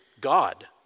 God